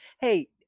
hey